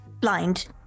blind